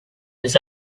was